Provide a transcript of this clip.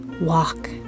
walk